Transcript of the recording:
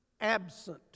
absent